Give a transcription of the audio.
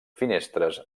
finestres